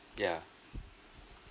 yeah